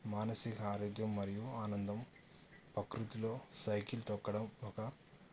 మానసిక ఆరోగ్యం మరియు ఆనందం ప్రకృతిలో సైకిల్ తొక్కడం ఒక